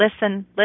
listen